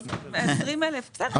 120,000, בסדר.